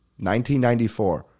1994